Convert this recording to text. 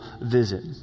visit